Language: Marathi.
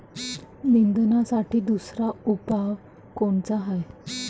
निंदनासाठी दुसरा उपाव कोनचा हाये?